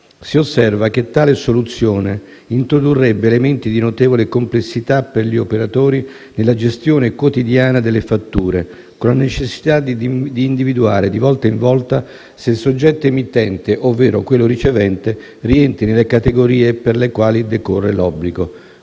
si osserva che tale soluzione introdurrebbe elementi di notevole complessità per gli operatori nella gestione quotidiana delle fatture, con la necessità di individuare di volta in volta se il soggetto emittente, ovvero quello ricevente, rientri nelle categorie per le quali decorre l'obbligo.